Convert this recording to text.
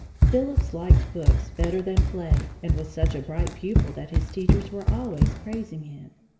phillips liked books better than play and was such a bright pupil that his teachers were always praising him.